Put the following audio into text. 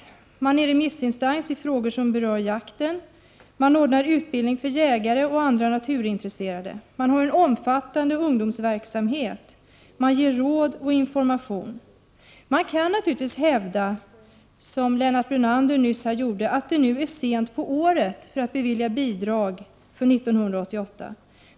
Förbundet är remissinstans i frågor som rör jakt, anordnar utbildning för jägare och andra naturintresserade, har en omfattande ungdomsverksamhet och ger råd och information. Man kan naturligtvis hävda, som Lennart Brunander nyss gjorde, att det nu är väl sent på året för att bevilja bidrag för 1988.